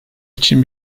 için